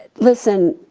listen,